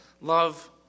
love